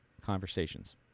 conversations